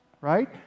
right